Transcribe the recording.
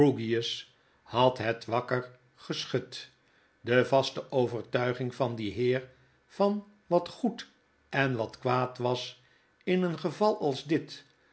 had het wakker geschud de vaste overtuiging van dien heer van wat goed en wat kwaad was in een geval als dit